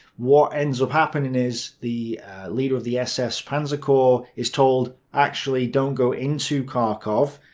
what ends up happening is the leader of the ss panzer corps is told actually don't go into kharkov,